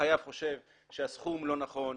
החייב חושב שהסכום לא נכון,